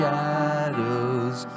shadows